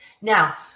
Now